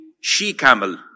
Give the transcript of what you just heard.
she-camel